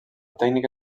tècnic